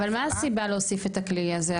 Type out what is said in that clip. אבל מה הסיבה להוסיף את הכלי הזה?